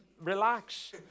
relax